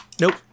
Nope